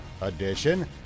edition